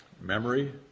memory